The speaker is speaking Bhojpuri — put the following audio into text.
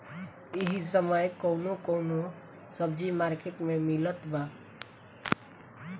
इह समय कउन कउन सब्जी मर्केट में मिलत बा?